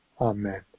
amen